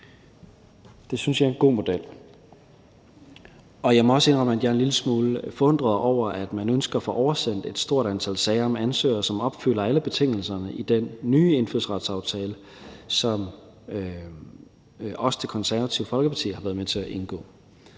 Det synes jeg er en god model. Jeg må også indrømme, at jeg er en lille smule forundret over, at man ønsker at få oversendt et stort antal sager om ansøgere, som opfylder alle betingelserne i den nye indfødsretsaftale, som også Det Konservative Folkeparti har været med til at indgå.